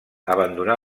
abandonà